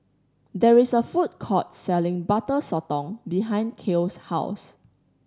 there is a food court selling Butter Sotong behind Kale's house